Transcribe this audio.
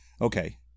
okay